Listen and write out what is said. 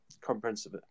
comprehensive